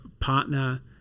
partner